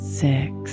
six